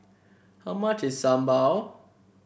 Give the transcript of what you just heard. how much is sambal